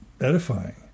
edifying